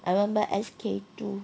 I want buy S_K two